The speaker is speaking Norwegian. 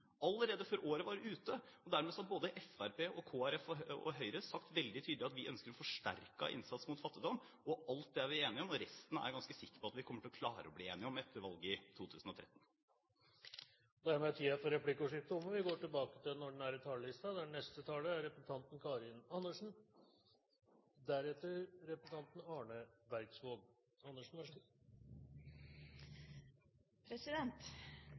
allerede før året var omme. Dermed har både Fremskrittspartiet, Kristelig Folkeparti og Høyre sagt veldig tydelig at vi ønsker en forsterket innsats mot fattigdom. Alt det er vi enige om, og resten er jeg ganske sikker på at vi kommer til å klare å bli enige om etter valget i 2013. Replikkordskiftet er dermed omme. I Europa er arbeidsledigheten skyhøy, og den er økende. Land etter land kutter brutalt i fellesskap og